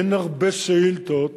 אין הרבה שאילתות